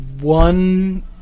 one